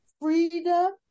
freedom